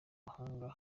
mahanga